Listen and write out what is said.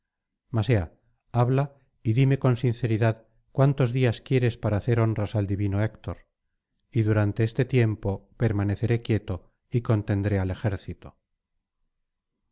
ea habla y dime con sinceridad cuántos días quieres para hacer honras al divino héctor y durante este tiempo permaneceré quieto y contendré al ejército